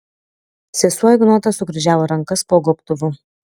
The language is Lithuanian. sesuo ignota sukryžiavo rankas po gobtuvu